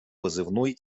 позывной